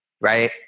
right